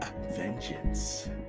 vengeance